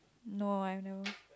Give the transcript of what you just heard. no I have never